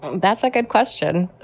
that's a good question.